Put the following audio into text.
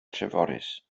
treforys